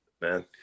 Man